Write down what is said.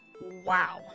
wow